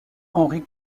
henry